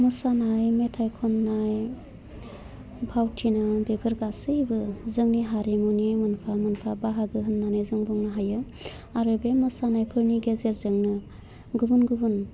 मोसानाय मेथाइ खन्नाय फावथिना बेफोर गासैबो जोंनि हारिमुनि मोनफा मोनफा बाहागो होन्नानै जों बुंनो हायो आरो बे मोसानायफोरनि गेजेरजोंनो गुबुन गुबुन